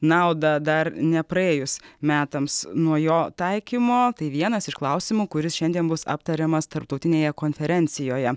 naudą dar nepraėjus metams nuo jo taikymo tai vienas iš klausimų kuris šiandien bus aptariamas tarptautinėje konferencijoje